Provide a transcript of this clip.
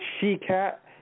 She-Cat